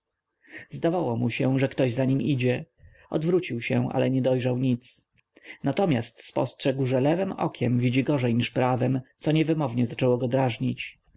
zdawało mu się że ktoś za nim idzie odwrócił się ale nie dojrzał nic natomiast spostrzegł że lewem okiem widzi gorzej niż prawem co niewymownie zaczęło